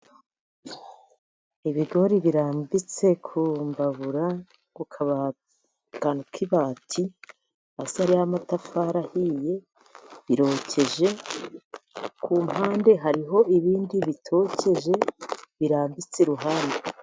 Ibigori birambitse kumbabura ku kantu k'ibati, hasi hari amatafari ahiye birokeje ku mpande hariho ibindi bitokeje birambitse iruhande.